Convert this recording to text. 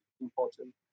important